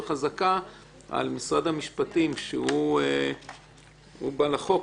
וחזקה על משרד המשפטים שהוא בעל החוק,